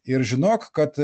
ir žinok kad